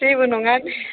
जेबो नङा